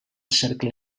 cercle